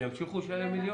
ימשיכו לשלם מיליון?